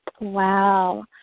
Wow